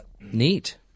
neat